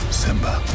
simba